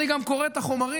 אני גם קורא את החומרים: